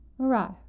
arrive